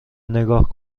نگاه